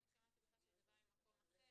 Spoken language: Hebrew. אני שמעתי בכלל שזה בא ממקום אחר,